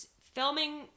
filming